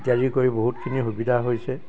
ইত্যাদি কৰি বহুতখিনি সুবিধা হৈছে